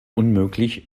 unmöglich